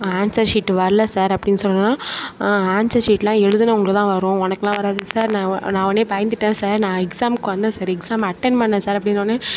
answer sheet வரல sir அப்படின்னு சொன்னோவுன்னே அன்சர் ஷீட்டெலாம் எழுதினவுங்களுக்குத்தான் வரும் உனக்குலாம் வராது சார் நான் நானே பயந்துவிட்டேன் சார் நான் எக்ஸாமுக்கு வந்தேன் சார் எக்ஸாம் அட்டன் பண்ணிணேன் சார் அப்படின்னவொன்னே